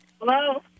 hello